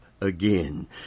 again